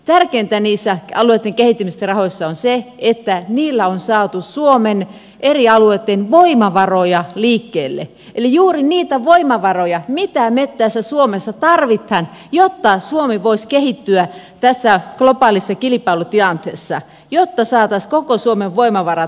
tärkeintä niissä alueitten kehittämisrahoissa on se että niillä on saatu suomen eri alueitten voimavaroja liikkeelle eli juuri niitä voimavaroja mitä me tässä suomessa tarvitsemme jotta suomi voisi kehittyä tässä globaalissa kilpailutilanteessa jotta saataisiin koko suomen voimavarat meidän käyttöön